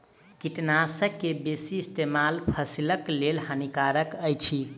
कीटनाशक के बेसी इस्तेमाल फसिलक लेल हानिकारक अछि